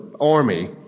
army